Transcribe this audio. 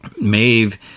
Maeve